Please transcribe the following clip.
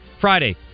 Friday